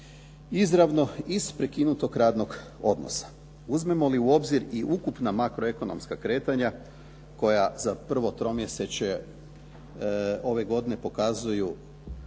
izravno iz prekinutog radnog odnosa. Uzmemo li u obzir i ukupna makro-ekonomska kretanja koja za prvo tromjesečje ove godine pokazuju